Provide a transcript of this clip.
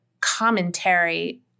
commentary